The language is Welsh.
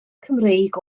cymreig